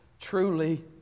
truly